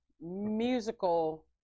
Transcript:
musical